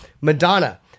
Madonna